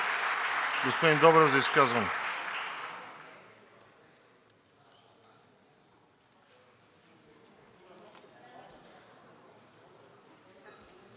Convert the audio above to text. Господин Добрев, за изказване.